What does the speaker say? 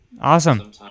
Awesome